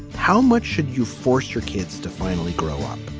how much should you force your kids to finally grow up?